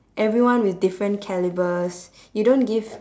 everyone with different calibers you don't give